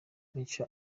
muco